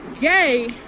gay